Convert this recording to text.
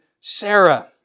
Sarah